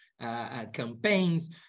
campaigns